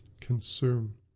consume